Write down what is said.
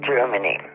Germany